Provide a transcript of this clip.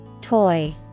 Toy